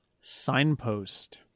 signpost